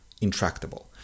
intractable